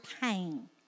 pain